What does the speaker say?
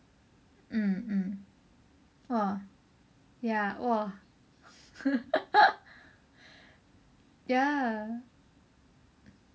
mm mm !wah! ya !wah! ya